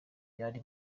byari